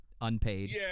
unpaid